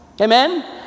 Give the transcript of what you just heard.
Amen